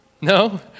No